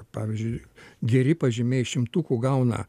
pavyzdžiui geri pažymiai šimtukų gauna